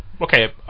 Okay